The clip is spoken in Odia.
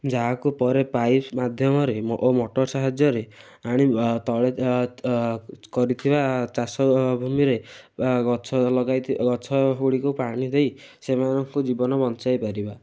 ଯାହାକୁ ପରେ ପାଇପ୍ସ ମାଧ୍ୟମରେ ଓ ମଟର ସାହାଯ୍ୟରେ ଆଣି ତଳେ କରିଥିବା ଚାଷଭୂମିରେ ବା ଗଛ ଲଗାଇଥି ଗଛଗୁଡ଼ିକୁ ପାଣି ଦେଇ ସେମାନଙ୍କୁ ଜୀବନ ବଞ୍ଚାଇପାରିବା